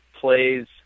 plays